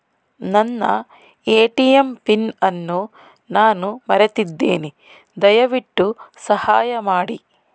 ನನ್ನ ATM PIN ಅನ್ನು ನಾನು ಮರೆತಿದ್ದೇನೆ, ದಯವಿಟ್ಟು ಸಹಾಯ ಮಾಡಿ